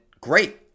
great